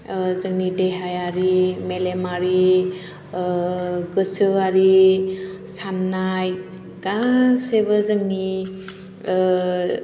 जोंनि देहायारि मेलेमारि गोसोआरि साननाय गासैबो जोंनि